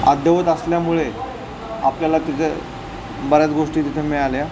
अद्ययावत असल्यामुळे आपल्याला तिथे बऱ्याच गोष्टी तिथे मिळाल्या